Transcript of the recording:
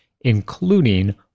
including